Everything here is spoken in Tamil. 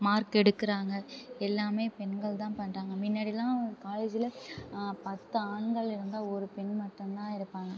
மார்க் எடுக்கிறாங்க எல்லாமே பெண்கள் தான் பண்ணுறாங்க முன்னாடிலாம் காலேஜில் பத்து ஆண்கள் இருந்தால் ஒரு பெண் மட்டும்தான் இருப்பாங்க